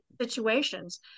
situations